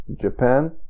Japan